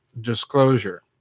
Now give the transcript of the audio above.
disclosure